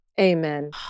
Amen